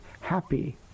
happy